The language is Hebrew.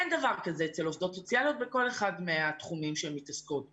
אין דבר כזה אצל עובדות סוציאליות בכל אחד מהתחומים שהן מתעסקות בו,